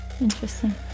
Interesting